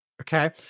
Okay